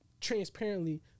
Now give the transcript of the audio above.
transparently